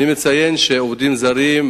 אני מציין שעובדים זרים,